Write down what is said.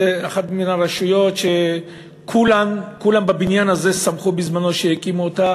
זו אחת הרשויות שכולם בבניין הזה שמחו בזמנו שהקימו אותה